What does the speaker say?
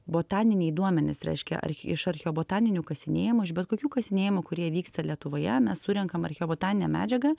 botaniniai duomenys reiškia ar iš archeobotaninių kasinėjimų iš bet kokių kasinėjimų kurie vyksta lietuvoje mes surenkam archeobotaninę medžiagą